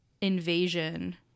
invasion